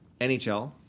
NHL